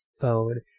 phone